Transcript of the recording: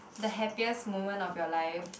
the happiest moment of your life